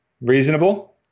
reasonable